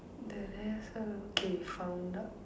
the rest all okay found out